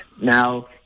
Now